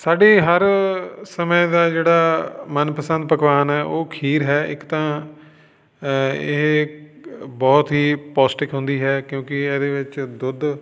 ਸਾਡੇ ਹਰ ਸਮੇਂ ਦਾ ਜਿਹੜਾ ਮਨਪਸੰਦ ਪਕਵਾਨ ਹੈ ਉਹ ਖੀਰ ਹੈ ਇੱਕ ਤਾਂ ਇਹ ਬਹੁਤ ਹੀ ਪੌਸ਼ਟਿਕ ਹੁੰਦੀ ਹੈ ਕਿਉਂਕਿ ਇਹਦੇ ਵਿੱਚ ਦੁੱਧ